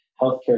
healthcare